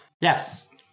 Yes